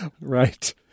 Right